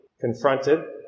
confronted